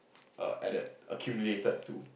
err added accumulated to